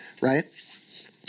right